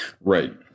Right